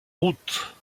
route